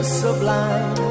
sublime